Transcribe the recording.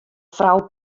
frou